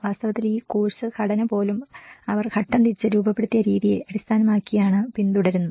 വാസ്തവത്തിൽ ഈ കോഴ്സ് ഘടന പോലും അവർ ഘട്ടം തിരിച്ച് രൂപപ്പെടുത്തിയ രീതിയെ അടിസ്ഥാനമാക്കിയാണ് പിന്തുടരുന്നത്